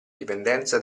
dipendenza